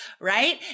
right